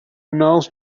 knows